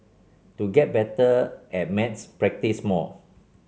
to get better at maths practise more